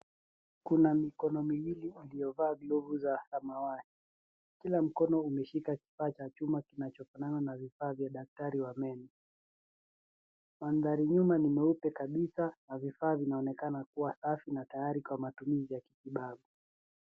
Kuna mikono miwili iliyovaa glovu za samawati, kila mkono umeshika kifaa cha chuma kinachofanana na vifaa vya daktari wa meno. Mandhari hii na ni mweupe kabisa na vifaa vinaonekana kuwa safi na tayari kwa matumizi ya kitibabu.